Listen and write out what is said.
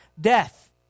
death